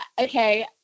Okay